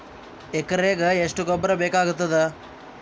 ಎಕರೆಗ ಎಷ್ಟು ಗೊಬ್ಬರ ಬೇಕಾಗತಾದ?